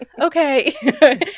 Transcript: okay